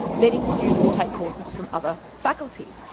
letting students take courses from other faculties.